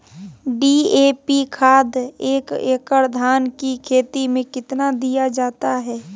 DAP खाद एक एकड़ धान की खेती में कितना दीया जाता है?